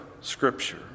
Scripture